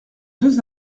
deux